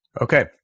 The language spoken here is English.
Okay